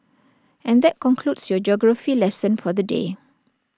and that concludes your geography lesson for the day